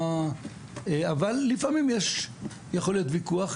אבל לפעמים יכול להיות ויכוח.